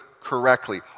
correctly